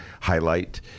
highlight